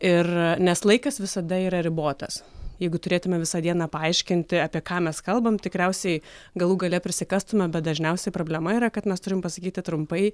ir nes laikas visada yra ribotas jeigu turėtume visą dieną paaiškinti apie ką mes kalbam tikriausiai galų gale prisikastume bet dažniausiai problema yra kad mes turim pasakyti trumpai